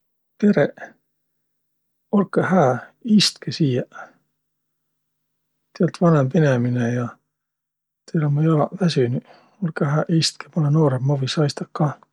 Tereq! Olkõq hää, istkõq siiäq. Ti olt vanõmb inemine ja teil ummaq jalaq väsünüq. Olkõq hää, istkõq! Ma olõ noorõmb, ma või saistaq kah.